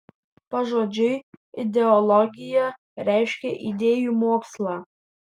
pažodžiui ideologija reiškia idėjų mokslą